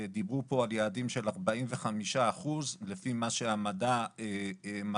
דיברו פה על יעדים של 45 אחוזים לפי מה שהמדע מראה,